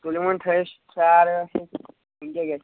تُلِو وۄنۍ تھٲیِو ساڑے ٲٹھ شٮ۪تھ وۄنۍ کیاہ گَژھِوٕ